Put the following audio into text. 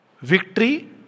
victory